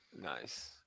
Nice